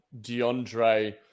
DeAndre